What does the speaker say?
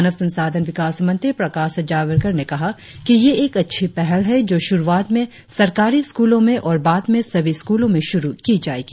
मानव संसाधन विकास मंत्री प्रकाश जावड़ेकर ने कहा कि यह एक अच्छी पहल है जो शुरुआत में सरकारी स्कूलों में और बाद में सभी स्कूलों में शुरु की जाएगी